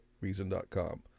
Reason.com